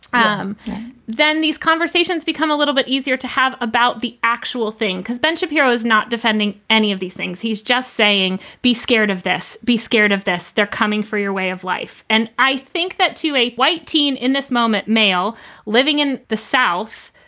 um then these conversations become a little bit easier to have about the actual thing, because ben shapiro is not defending any of these things. he's just saying be scared of this, be scared of this. they're coming for your way of life. and i think that to a white teen in this moment, male living in the south,